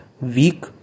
week